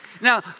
Now